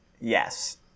yes